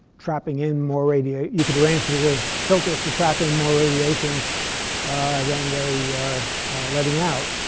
trapping in more radiation you could arrange for the filters to trap in more radiation than they are letting out.